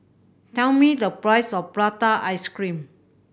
tell me the price of prata ice cream